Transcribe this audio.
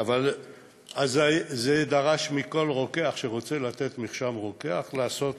זה דרש מכל רוקח שרוצה לתת מרשם רוקח לעשות